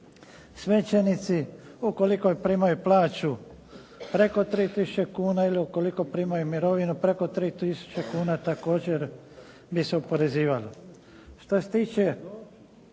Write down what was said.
Svećenici ukoliko primaju plaću preko 3000 kuna ili ukoliko primaju mirovine preko 3000 kuna također bi se oporezivali.